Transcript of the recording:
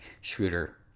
Schroeder